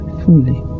fully